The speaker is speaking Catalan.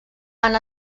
han